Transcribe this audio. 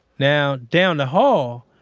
now down the hall,